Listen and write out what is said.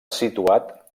situat